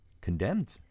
condemned